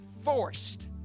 forced